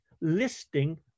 listing